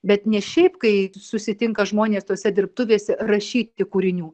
bet ne šiaip kai susitinka žmonės tose dirbtuvėse rašyti kūrinių